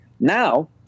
Now